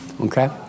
okay